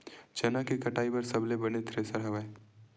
चना के कटाई बर सबले बने थ्रेसर हवय?